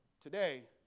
today